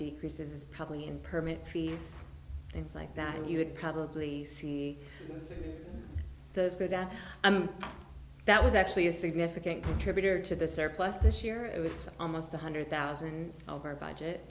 decreases probably in permit fees things like that and you would probably see the good that that was actually a significant contributor to the surplus this year it was almost one hundred thousand of our budget